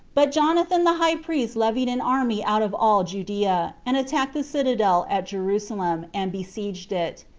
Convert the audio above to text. but jonathan the high priest levied an army out of all judea, and attacked the citadel at jerusalem, and besieged it.